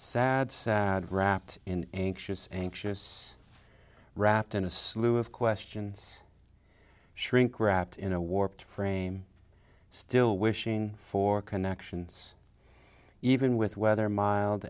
sad sad wrapped in anxious anxious wrapped in a slew of questions shrink wrapped in a warped frame still wishing for connections even with weather mild